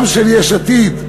גם של יש עתיד.